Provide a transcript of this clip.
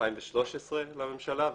ב-2013 לממשלה,